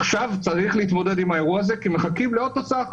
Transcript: עכשיו צריך להתמודד עם האירוע הזה כי מחכים לעוד תוצאה אחת.